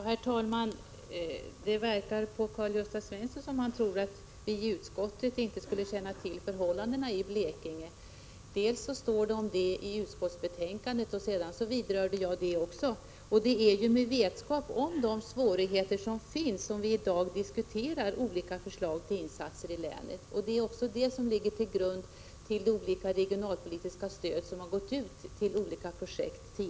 Herr talman! Det verkar på Karl-Gösta Svenson som om han trodde att inte vi i utskottet skulle känna till förhållandena i Blekinge. Dels står det om detta i utskottsbetänkandet, dels vidrörde jag det i mitt inlägg. Det är med vetskap om de svårigheter som finns som vi idag diskuterar olika förslag till insatser i länet. Det är också de svårigheterna som ligger till grund för de olika regionalpolitiska stöd som tidigare har utgått till skilda projekt.